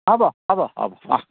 হ'ব হ'ব হ'ব অঁ